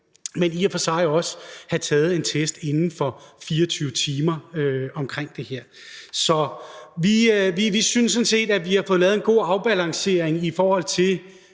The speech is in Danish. men i og for sig også have taget en test inden for 24 timer omkring det her. Så vi synes sådan set, at vi har fået lavet en god afbalancering forhold til